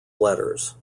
letters